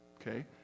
okay